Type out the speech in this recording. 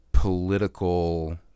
political